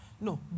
No